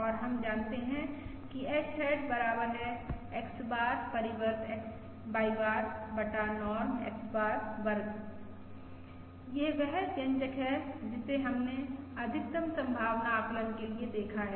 और हम जानते हैं कि h हैट बराबर है X बार परिवर्त Y बार बटा नॉर्म X बार वर्ग है यह वह व्यंजक है जिसे हमने अधिकतम संभावना आकलन के लिए देखा है